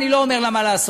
אני לא אומר לה מה לעשות.